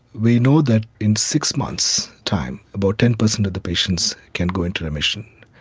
we know that in six months' time about ten percent of the patients can go into remission.